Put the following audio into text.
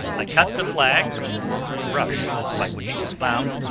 i cut the flag, or rush, by which he was bound,